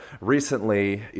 recently